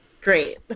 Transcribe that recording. Great